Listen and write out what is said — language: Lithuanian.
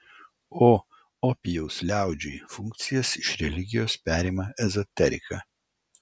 o opijaus liaudžiai funkcijas iš religijos perima ezoterika